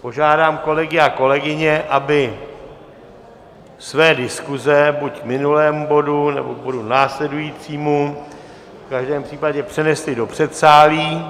Požádám kolegy a kolegyně, aby své diskuse buď k minulému bodu, nebo bodu následujícímu v každém případě přenesli do předsálí.